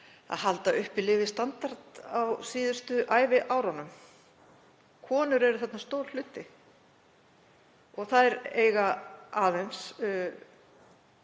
að halda uppi lifistandard á síðustu æviárunum. Konur eru þarna stór hluti og þær eiga aðeins